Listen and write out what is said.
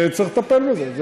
וצריך לטפל בזה.